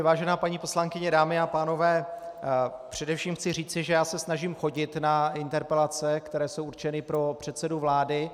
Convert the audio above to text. Vážená paní poslankyně, dámy a pánové, především chci říci, že se snažím chodit na interpelace, které jsou určeny pro předsedu vlády.